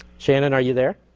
shannon are you there?